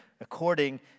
according